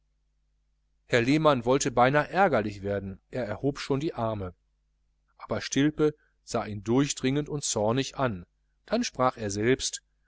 herr lehmann wollte beinahe ärgerlich werden er erhob schon die arme aber stilpe sah ihn durchdringend und zornig an dann sprach er selbst